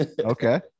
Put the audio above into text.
Okay